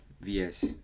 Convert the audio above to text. V-S